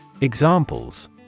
Examples